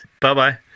Bye-bye